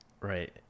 Right